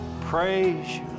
praise